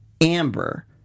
Amber